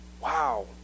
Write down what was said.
wow